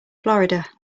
florida